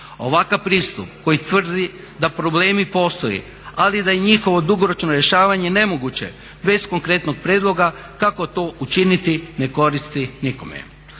Ovakav pristup koji tvrdi da problemi postoji, ali da je njihovo dugoročno rješavanje nemoguće bez konkretnog prijedloga kako to učiniti, ne koristi nikome.